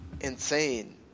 insane